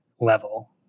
level